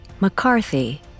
McCarthy